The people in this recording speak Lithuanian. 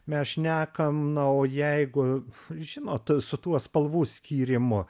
mes šnekam na o jeigu žinot su tuo spalvų skyrimu